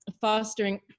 fostering